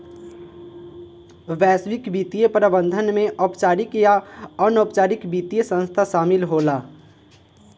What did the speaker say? वैश्विक वित्तीय प्रबंधन में औपचारिक आ अनौपचारिक वित्तीय संस्थान शामिल होला